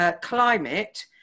climate